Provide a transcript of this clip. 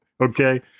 Okay